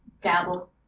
dabble